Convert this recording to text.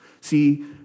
See